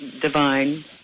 divine